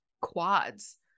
quads